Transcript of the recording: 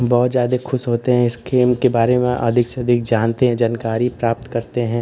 बहुत ज़्यादा खुश होते हैं इस गेम के बारे में अधिक से अधिक जानते हैं जानकारी प्राप्त करते हैं